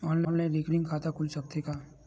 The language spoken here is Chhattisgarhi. ऑनलाइन रिकरिंग खाता खुल सकथे का?